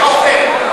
אוה,